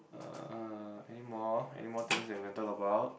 anymore anymore things that we can talk about